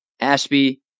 Ashby